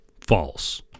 False